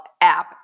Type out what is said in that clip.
app